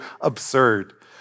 absurd